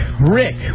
Rick